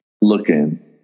looking